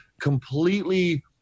completely